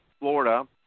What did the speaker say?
Florida